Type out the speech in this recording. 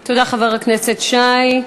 תודה, חבר הכנסת שי.